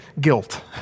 guilt